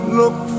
look